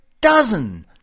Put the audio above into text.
dozen